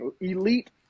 elite